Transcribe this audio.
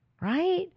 right